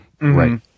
Right